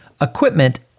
equipment